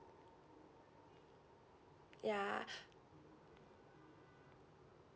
ya